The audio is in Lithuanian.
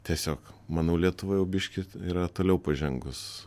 tiesiog manau lietuva jau biškį yra toliau pažengus